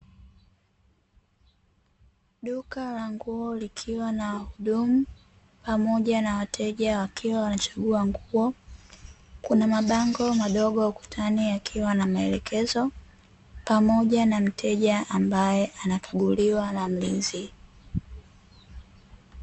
Duka la nguo likiwa na wahudumu pamoja na wateja wakiwa wanachagua nguo, kuna mabango madogo ukutani yakiwa na maelekezo, pamoja na mteja ambaye anakaguliwa na mlinzi.